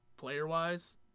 player-wise